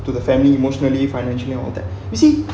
to the family emotionally financially all that you see